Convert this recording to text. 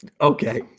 Okay